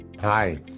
Hi